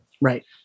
Right